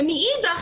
מאידך,